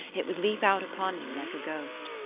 it would leap out upon me like a ghost.